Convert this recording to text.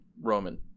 roman